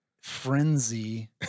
frenzy